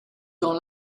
dans